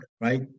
right